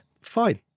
fine